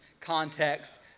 context